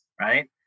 right